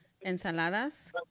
ensaladas